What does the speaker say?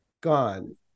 gone